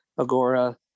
Agora